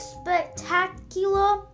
spectacular